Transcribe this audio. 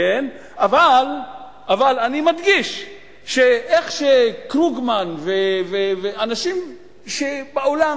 אבל אני מדגיש איך קרוגמן ואנשים בעולם,